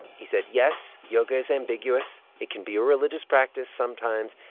he said yes, yoga is ambiguous. it can be a religious practice sometimes.